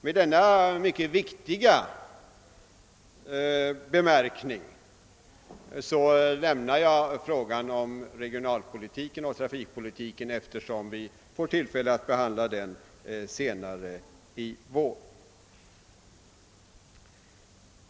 Med denna mycket viktiga anmärkning lämnar jag frågan om regionalpolitiken och trafikpolitiken, eftersom vi får tillfälle att behandla den senare i vår.